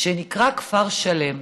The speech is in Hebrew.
שנקרא כפר שלם.